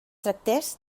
tractés